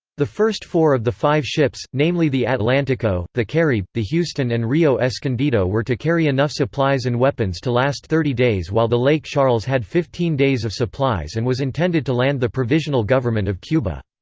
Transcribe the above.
the first four of the five ships, namely the atlantico, the caribe, the houston and rio escondido were to carry enough supplies and weapons to last thirty days while the lake charles had fifteen days of supplies and was intended to land the provisional government of cuba.